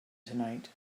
tonight